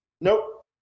Nope